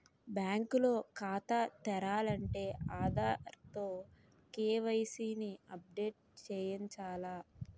bank లో ఖాతా తెరాలంటే ఆధార్ తో కే.వై.సి ని అప్ డేట్ చేయించాల